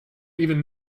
even